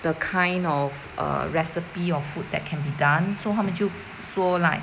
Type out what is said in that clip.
the kind of err recipe of food that can be done so 他们就说 like